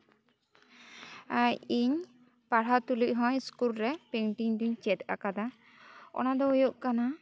ᱤᱧ ᱯᱟᱲᱦᱟᱣ ᱛᱩᱞᱩᱡ ᱦᱚᱸ ᱤᱥᱠᱩᱞ ᱨᱮ ᱯᱮᱱᱴᱤᱝ ᱫᱩᱧ ᱪᱮᱫ ᱟᱠᱟᱫᱟ ᱚᱱᱟ ᱫᱚ ᱦᱩᱭᱩᱜ ᱠᱟᱱᱟ